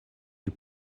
you